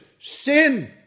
sin